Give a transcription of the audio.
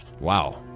Wow